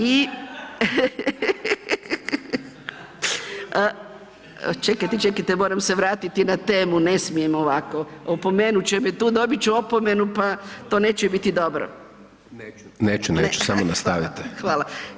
I čekajte, čekajte, moram se vratiti na temu, ne smijem ovako, opomenut će me tu, dobit ću opomenu pa to neće biti dobro [[Upadica Hajdaš Dončić: Neću, neću, samo nastavite.]] Hvala.